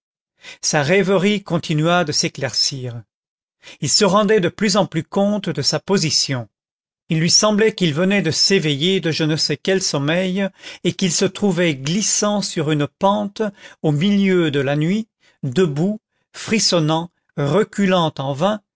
sa rêverie continuait de s'éclaircir il se rendait de plus en plus compte de sa position il lui semblait qu'il venait de s'éveiller de je ne sais quel sommeil et qu'il se trouvait glissant sur une pente au milieu de la nuit debout frissonnant reculant en vain